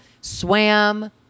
swam